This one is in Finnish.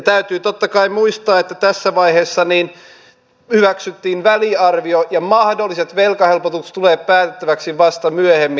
täytyy totta kai muistaa että tässä vaiheessa hyväksyttiin väliarvio ja mahdolliset velkahelpotukset tulevat päätettäväksi vasta myöhemmin